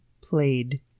played